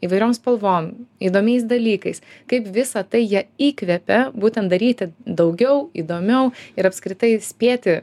įvairiom spalvom įdomiais dalykais kaip visa tai ją įkvepia būtent daryti daugiau įdomiau ir apskritai spėti